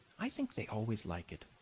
i think they always like it,